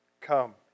come